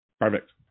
Perfect